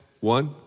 One